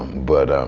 but,